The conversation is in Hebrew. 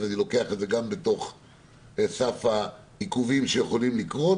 אני לוקח את זה גם בסף העיכובים שיכולים לקרות,